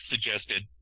suggested